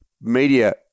media